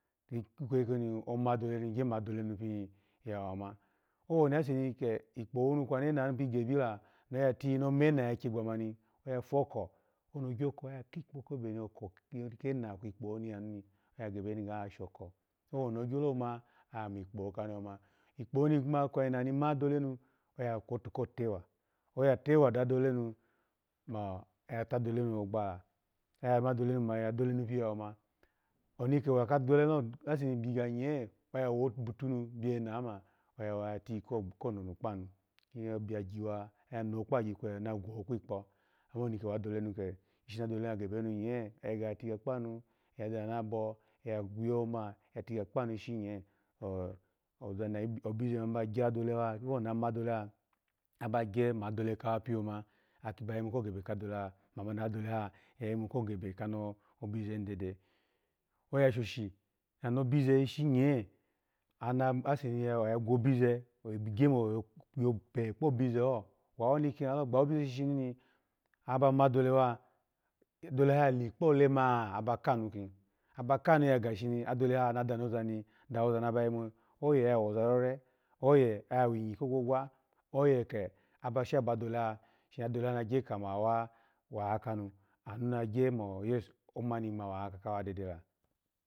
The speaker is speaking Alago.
Ikweyi koni oma dolehi, ogye manu biya wama owoni useni ke ikpowunu kwe anenu pini gubi la ni oya tiyin ni omene ya kye gba mani oya foko owoni ogyoko ya kikpi kebe nena kwikpawu oni ya nu ni, oya gebe ni ga shoko owoni ogyoloma, amikpowu kunulyoma, kpowu ni kwene ni ma adolenu oya kwotu kotewa, oya thewa dolenu moya tadole nu ogbogba la, oyu ma dolenu mo adale nu pi yohea ma adolenu pi ya wumu, oni ku henka dole hilo, ase nibiga nye oya wotu botunu biye ena ma, oya ti ko nonukpa nu, oya biya kyiyawa, ano kpa kyi kule ano gulo kpikpo owoni ke wadohemu ke, shini adolunu ya gebe ni nye agege ya tiga kpanu ya danu abo ya yo ma, ya tiga kpanu ishi nye oh oh zani owobize mani ba gye doleha owo na ma doleha, aba gye kamo adoleha piyoma, aki ba yimu ko gebe kadoleha, mama ni adoleha ya yimu ko gebe ko bizenu dede oya shosho ni ana bize ishi nye ena ase ni aya kwobize ogye mofu oyope kpobize ho, wawoni kilalo, gbawobize shishini aba ma doleha, adole ya likpohe maa aba kunu ki, aba kanu shini adolaha na, danu za ni aba yimuni, oye oya wo za roru, aye oya winyi ko gwogwa, aye ke aba sha ba doleha, sha doleha na gye ka mo, awa wakanu, anu gyeka mo yes omani ma wakanu dede la.